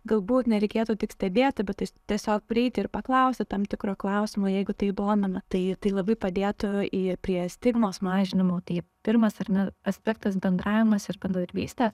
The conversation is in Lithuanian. galbūt nereikėtų tik stebėti bet tai tiesiog prieiti ir paklausti tam tikrų klausimų jeigu tai domina tai tai labai padėtų į prie stigmos mažinimų tai pirmas ar ne aspektas bendravimas ir bendradarbystė